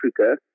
Africa